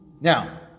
Now